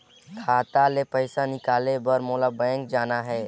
खाता ले पइसा निकाले बर मोला बैंक जाना हे?